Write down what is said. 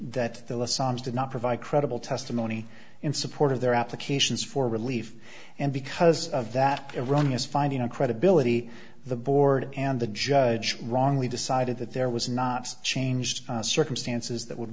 that did not provide credible testimony in support of their applications for relief and because of that iran is finding a credibility the board and the judge wrongly decided that there was not changed circumstances that would